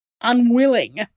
unwilling